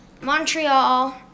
Montreal